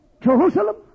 Jerusalem